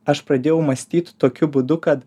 aš pradėjau mąstyt tokiu būdu kad